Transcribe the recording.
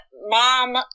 mom